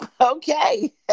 Okay